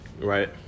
Right